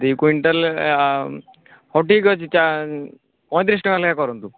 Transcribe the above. ଦୁଇ କୁଇଣ୍ଟାଲ ଆଉ ହଉ ଠିକ ଅଛି ପଇଁତିରିଶି ଟଙ୍କା ଲେଖାଏଁ କରନ୍ତୁ